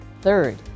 Third